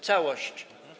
Całość.